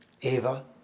Eva